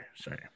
Sorry